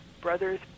Brothers